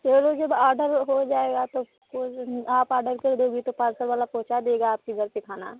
चलो जब आर्डर हो जाएगा तब कोई आप आर्डर कर दोगी तो पार्सल वाला पहुँचा देगा आपके घर पर खाना